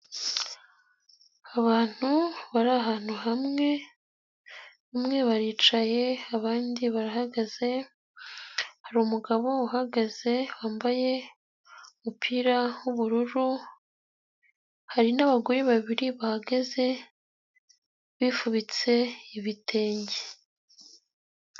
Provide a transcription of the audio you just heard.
Abantu bari ahantu hamwe, bamwe baricaye, abandi barahagaze, hari umugabo uhagaze wambaye umupira w'ubururu, hari n'abagore babiri bahaga, bifubitse ibitenge.